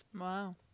Wow